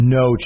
no